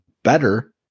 better